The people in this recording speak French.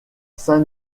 saint